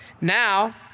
Now